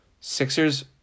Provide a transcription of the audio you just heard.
Sixers